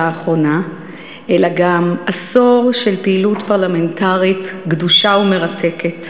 האחרונה אלא גם עשור של פעילות פרלמנטרית גדושה ומרתקת.